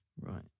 right